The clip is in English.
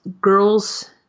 girls